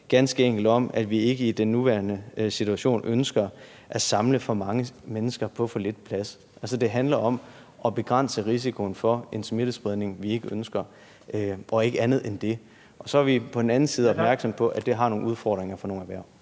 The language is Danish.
ganske enkelt om, at vi ikke i den nuværende situation ønsker at samle for mange mennesker på for lidt plads. Altså, det handler om at begrænse risikoen for en smittespredning, vi ikke ønsker – og ikke andet end det. Og så er vi på den anden side opmærksomme på, at det har nogle udfordringer for nogle erhverv.